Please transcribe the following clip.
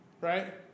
right